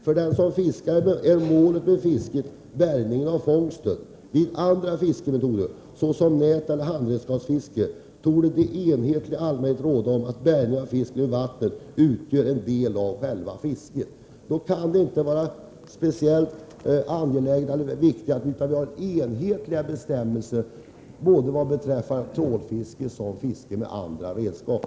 För den som fiskar är målet för fisket bärgning av fångsten. Vid andra fiskemetoder såsom näteller handredskapsfiske torde enighet råda om att bärgning av fisken ur vattnet utgör en del av själva fisket. Då kan jag inte se annat än att det är angeläget att ha enhetliga bestämmelser för trålfiske och fiske med andra redskap.